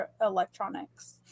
electronics